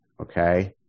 okay